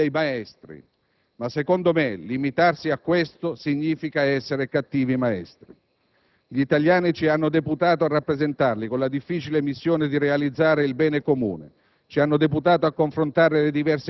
In questo campo ho trovato qui dei maestri. Ma, secondo me, limitarsi a questo significa essere cattivi maestri. Gli italiani ci hanno deputato a rappresentarli con la difficile missione di realizzare il bene comune.